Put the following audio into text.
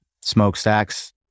smokestacks